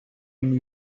une